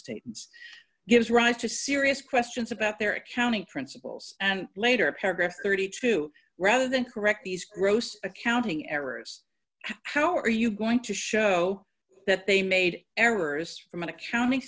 statements gives rise to serious questions about their accounting principles and later paragraph thirty two rather than correct these gross accounting errors how are you going to show that they made errors from an accounting